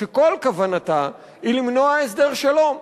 שכל כוונתה היא למנוע הסדר שלום,